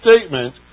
statement